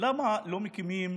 למה לא מקימים